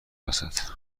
وسط